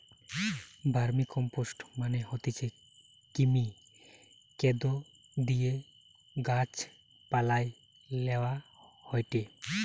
vermicompost মানে হতিছে কৃমি, কেঁচোদিয়ে গাছ পালায় লেওয়া হয়টে